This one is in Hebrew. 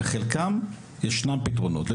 בחלקם ישנם פתרונות,